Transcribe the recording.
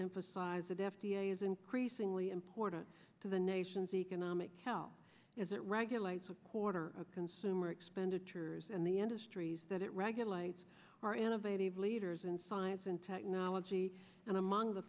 emphasize that f d a is increasingly important to the nation's e anomic well as it regulates a quarter of consumer expenditures and the industries that it regulates are innovative leaders in science and technology and among the